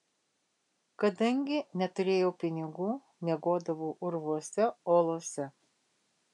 kadangi neturėjau pinigų miegodavau urvuose olose